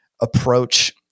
approach